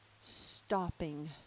stopping